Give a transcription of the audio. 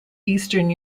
eastern